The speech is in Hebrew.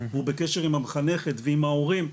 הוא בקשר עם המחנכת ועם ההורים,